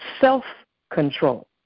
self-control